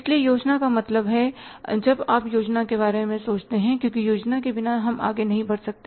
इसलिए योजना का मतलब है जब आप योजना के बारे में सोचते हैं क्योंकि योजना के बिना हम आगे नहीं बढ़ सकते